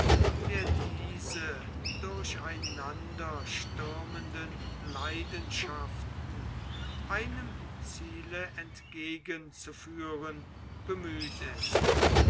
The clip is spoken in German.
der diese durcheinanderstürmenden leidenschaften einem ziele entgegenzuführen bemüht ist